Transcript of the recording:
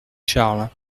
charles